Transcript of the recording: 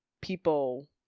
people